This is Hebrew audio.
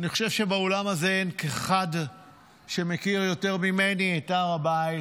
אני חושב שבאולם הזה אין אחד שמכיר יותר ממני את הר הבית,